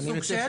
סוג של,